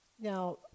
Now